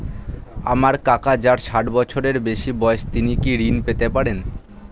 আমার কাকা যার ষাঠ বছরের বেশি বয়স তিনি কি ঋন পেতে পারেন?